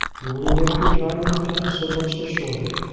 you only make your time at the top so much the shorter.